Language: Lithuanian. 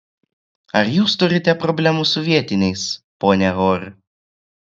ar jūs turite problemų su vietiniais ponia hor